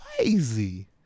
crazy